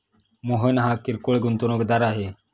मोहन हा किरकोळ गुंतवणूकदार आहे